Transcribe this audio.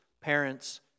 parents